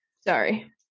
Sorry